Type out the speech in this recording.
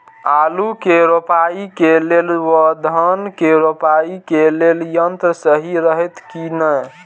आलु के रोपाई के लेल व धान के रोपाई के लेल यन्त्र सहि रहैत कि ना?